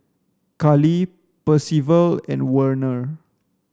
Cali Percival and Werner